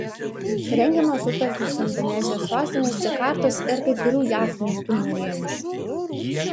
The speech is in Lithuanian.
rengiamos sutartys su indonezijos sostinės džakartos ir kai kurių jav miestų merijomis